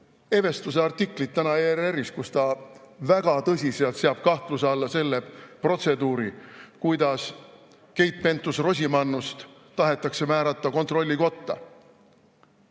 Evestuse artiklit ERR-i portaalis. Ta seab väga tõsiselt kahtluse alla selle protseduuri, kuidas Keit Pentus-Rosimannust tahetakse määrata kontrollikotta.